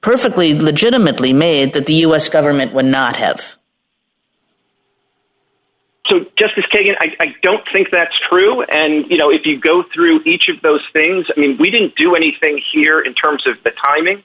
perfectly legitimately made that the us government would not have justice kagan i don't think that's true and you know if you go through each of those things i mean we didn't do anything here in terms of timing